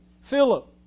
Philip